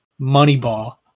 Moneyball